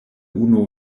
unu